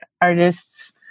artists